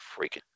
freaking